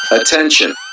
Attention